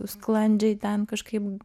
sklandžiai ten kažkaip